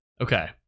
Okay